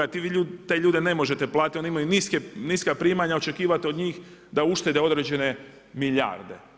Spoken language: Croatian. Te ljude ne možete platiti, oni imaju niska primanja, očekivati od njih da uštede određene milijarde.